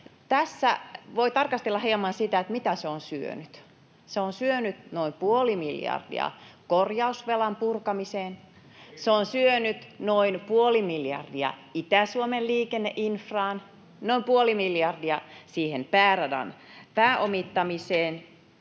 Tässä voi tarkastella hieman sitä, mitä se on syönyt. Se on syönyt noin puoli miljardia korjausvelan purkamiseen, se on syönyt noin puoli miljardia Itä-Suomen liikenneinfraan, noin puoli miljardia pääradan pääomittamiseen